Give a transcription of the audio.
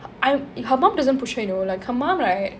h~ um her mum doesn't push me you know like her mum like